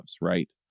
Right